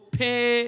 pay